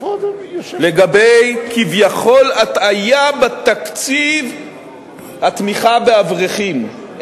לגבי כביכול הטעיה בתקציב התמיכה באברכים,